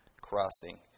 crossing